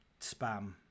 spam